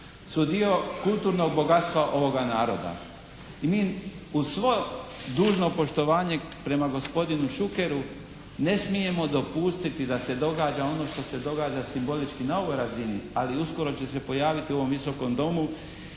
su dio kulturnog bogatstva ovoga naroda i mi uz svo dužno poštovanje prema gospodinu Šukeru ne smijemo dopustiti da se događa ono što se događa simbolički na ovoj razini, ali uskoro će se pojaviti u ovom Visokom domu